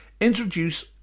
introduce